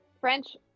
French